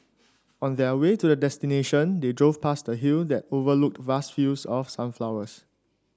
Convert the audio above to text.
on their way to the destination they drove past a hill that overlooked vast fields of sunflowers